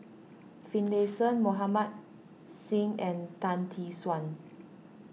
Finlayson Mohammed Singh and Tan Tee Suan